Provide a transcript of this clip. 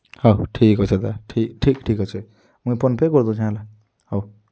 ହଉ ଠିକ୍ ଅଛେ ଦା ଠିକ୍ ଠିକ୍ ଠିକ୍ ଅଛେ ମୁଁଇ ଫୋନ୍ପେ' କରିଦଉଛେଁ ହେଲା ହୋଉ